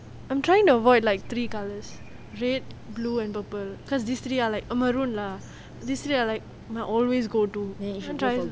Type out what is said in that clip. I'm trying to avoid like three colours red blue and purple because these three are like maroon lah these three are like my always go to